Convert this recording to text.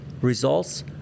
results